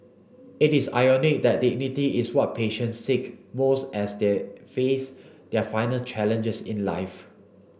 it is ironic that dignity is what patients seek most as they face their final challenges in life